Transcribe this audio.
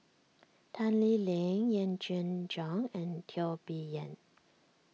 Tan Lee Leng Yee Jenn Jong and Teo Bee Yen